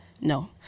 No